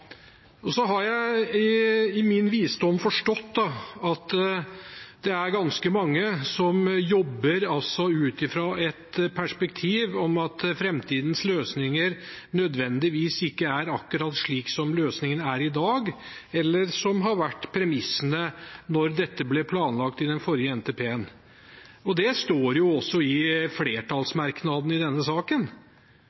Så har jeg i min visdom forstått at det er ganske mange som jobber ut fra et perspektiv om at framtidens løsninger ikke nødvendigvis er akkurat slik som løsningene er i dag, eller som har vært premissene da dette ble planlagt i den forrige NTP-en. Dette står jo også i